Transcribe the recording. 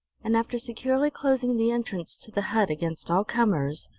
and after securely closing the entrance to the hut against all comers,